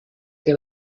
que